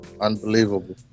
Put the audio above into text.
Unbelievable